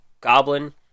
Goblin